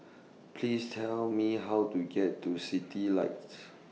Please Tell Me How to get to Citylights